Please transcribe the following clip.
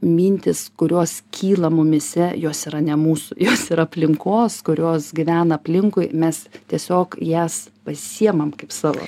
mintys kurios kyla mumyse jos yra ne mūsų jos yra aplinkos kurios gyvena aplinkui mes tiesiog jas pasiemam kaip savo